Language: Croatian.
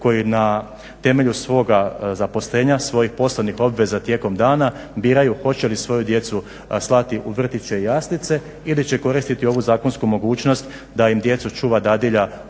koji na temelju svoga zaposlenja, svojih poslovnih obveza tijekom dana biraju hoće li svoju djecu slati u vrtiće i jaslice ili će koristiti ovu zakonsku mogućnost da im djecu čuva dadilja